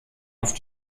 auf